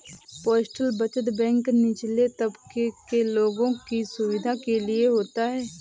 postal बचत bank निचले तबके के लोगों की सुविधा के लिए होता है